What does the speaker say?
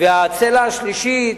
והצלע השלישית,